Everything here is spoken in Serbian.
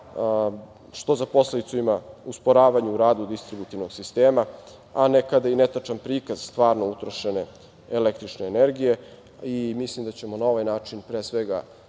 što za posledicu ima usporavanje u radu distributivnog sistema, a nekada i netačan prikaz stvarno utrošene električne energije. Mislim da ćemo na ovaj način pre svega